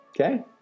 Okay